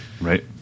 right